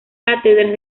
cátedras